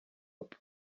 apfa